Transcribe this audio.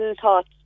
thoughts